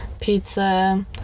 pizza